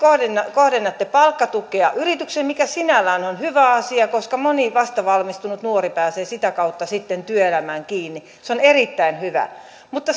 kohdennatte palkkatukea yrityksille mikä sinällään on hyvä asia koska moni vastavalmistunut nuori pääsee sitä kautta sitten työelämään kiinni se on erittäin hyvä mutta